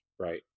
right